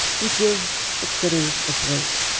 you give the critters a break,